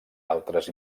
altres